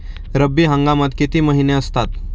रब्बी हंगामात किती महिने असतात?